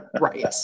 Right